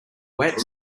wet